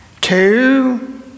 two